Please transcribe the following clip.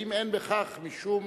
אם אין בכך משום